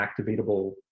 activatable